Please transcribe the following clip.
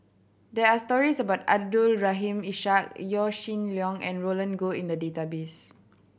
there are stories about Abdul Rahim Ishak Yaw Shin Leong and Roland Goh in the database